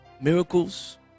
miracles